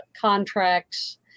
contracts